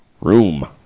room